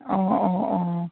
অঁ অঁ অঁ